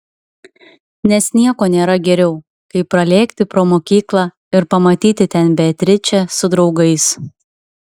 nes nieko nėra geriau kaip pralėkti pro mokyklą ir pamatyti ten beatričę su draugais